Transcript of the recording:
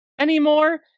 anymore